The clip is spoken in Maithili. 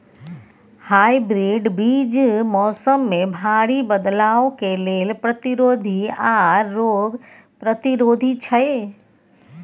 हाइब्रिड बीज मौसम में भारी बदलाव के लेल प्रतिरोधी आर रोग प्रतिरोधी छै